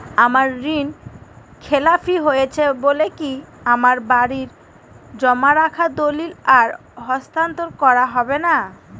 আমার ঋণ খেলাপি হয়েছে বলে কি আমার বাড়ির জমা রাখা দলিল আর হস্তান্তর করা হবে না?